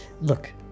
look